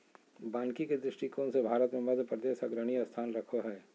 वानिकी के दृष्टिकोण से भारत मे मध्यप्रदेश अग्रणी स्थान रखो हय